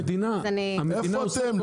איפה אתם?